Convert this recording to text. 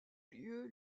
lieu